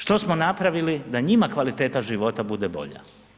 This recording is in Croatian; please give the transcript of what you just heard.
Što smo napravili da njima kvaliteta života bude bolja?